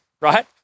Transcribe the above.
right